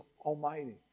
Almighty